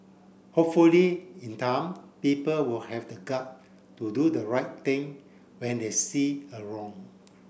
hopefully in time people will have the gut to do the right thing when they see a wrong